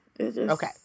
Okay